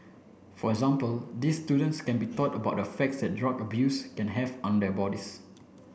for example these students can be taught about the effects that drug abuse can have on their bodies